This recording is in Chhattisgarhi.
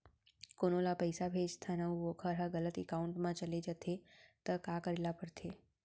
कोनो ला पइसा भेजथन अऊ वोकर ह गलत एकाउंट में चले जथे त का करे ला पड़थे?